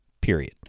period